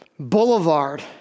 Boulevard